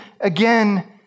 again